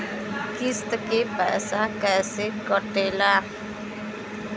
किस्त के पैसा कैसे कटेला?